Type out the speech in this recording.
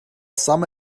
some